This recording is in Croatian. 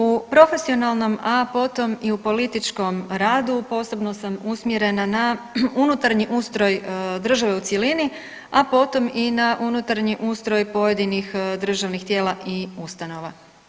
U profesionalnom, a potom i u političkom radu posebno sam usmjerena na unutarnji ustroj države u cjelini, a potom i na unutarnji ustroj pojedinih državnih tijela i ustanova.